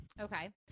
Okay